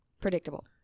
Predictable